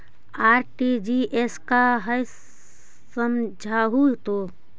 RTGS का है समझाहू तो?